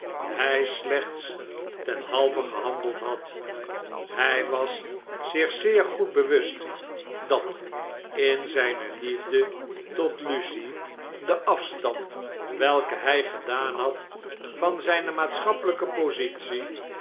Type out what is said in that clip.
hij slechts ten halve gehandeld had hij was zich zeer goed bewust dat in zijne liefde tot lucie de afstand welken hp gedaan had van zpe maatschappelyke positie